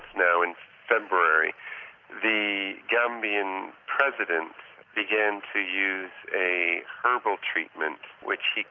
so in february the gambian president began to use a herbal treatment which he